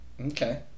Okay